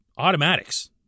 automatics